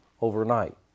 overnight